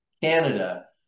Canada